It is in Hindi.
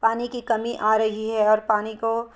पानी की कमी आ रही है और पानी को